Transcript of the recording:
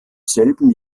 selben